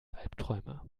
albträume